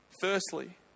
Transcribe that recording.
firstly